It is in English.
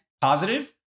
positive